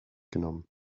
genommen